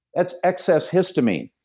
that's excess histamine.